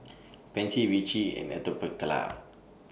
Pansy Vichy and Atopiclair